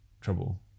trouble